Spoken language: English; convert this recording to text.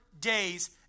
days